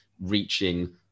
reaching